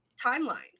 timelines